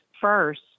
first